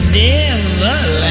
devil